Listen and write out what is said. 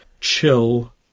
chill